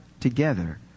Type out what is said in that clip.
together